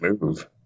move